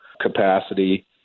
capacity